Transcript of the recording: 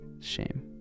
Shame